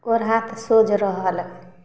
गोर हाथ सोझ रहल